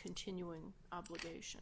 continuing obligation